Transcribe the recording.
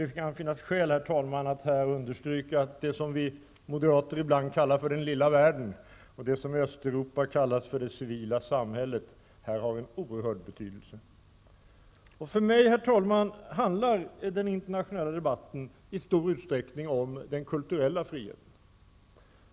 Det kan finnas skäl, herr talman, att här understryka att det som vi moderater ibland kallar för den lilla världen och som i Östeuropa kallas för det civila samhället här har en oerhörd betydelse. För mig, herr talman, handlar den internationella debatten i stor utsträckning om den kulturella friheten.